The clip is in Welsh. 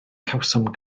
cawsom